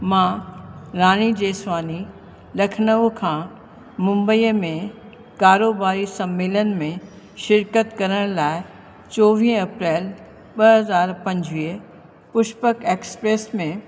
मां राणी जेसवाणी लखनऊ खां मुंबईअ में कारोबारी सम्मेलन में शिरकत करण लाइ चोवीह अप्रैल ॿ हज़ार पंजवीह पुष्पक एक्सप्रेस में